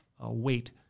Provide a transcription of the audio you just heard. weight